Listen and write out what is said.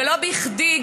ולא בכדי,